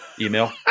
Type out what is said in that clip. email